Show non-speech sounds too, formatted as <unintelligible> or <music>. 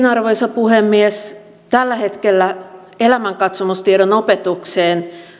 <unintelligible> arvoisa puhemies tällä hetkellä elämänkatsomustiedon opetukseen